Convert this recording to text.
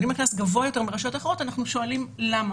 אנחנו שואלים למה,